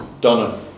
Donna